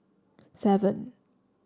seven